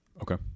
Okay